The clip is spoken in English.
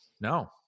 no